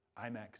IMAX